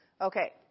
Okay